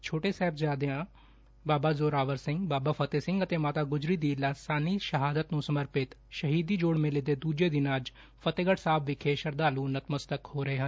ਛੋਟੇ ਸਾਹਿਬਜ਼ਾਦਿਆਂ ਬਾਬਾ ਜ਼ੋਰਾਵਰ ਸਿੰਘ ਬਾਬਾ ਫਤਹਿ ਸਿੰਘ ਅਤੇ ਮਾਤਾ ਗੁਜਰੀ ਦੀ ਲਾਸਾਨੀ ਸ਼ਹਾਦਤ ਨੰ ਸਮਰਪਿਤ ਸ਼ਹੀਦੀ ਜੋੜ ਮੇਲੇ ਦੇ ਦੁਜੇ ਦਿਨ ਅੱਜ ਫਤਹਿਗੜੁ ਸਾਹਿਬ ਵਿਖੇ ਸ਼ਰਧਾਲੁ ਨਤਮਸਤਕ ਹੋ ਰਹੇ ਨੇ